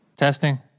Testing